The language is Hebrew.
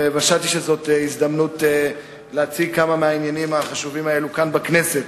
חשבתי שזו הזדמנות להציג כמה מהעניינים החשובים האלה כאן בכנסת.